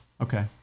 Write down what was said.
Okay